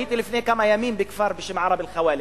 הייתי לפני כמה ימים בכפר בשם ערב-אל-חוואלד,